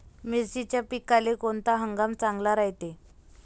मिर्चीच्या पिकाले कोनता हंगाम चांगला रायते?